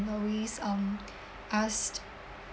always um asked